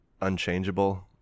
unchangeable